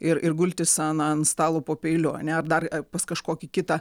ir ir gultis ant ant stalo po peiliu ar ne ar dar pas kažkokį kitą